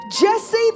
Jesse